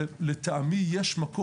לטעמי,